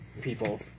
people